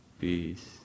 peace